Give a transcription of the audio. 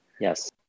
yes